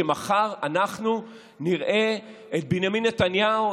ומחר אנחנו נראה את בנימין נתניהו,